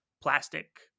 plastic